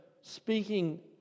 speaking